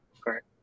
correct